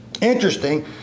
interesting